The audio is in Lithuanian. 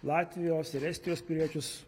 latvijos ir estijos piliečius